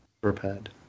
prepared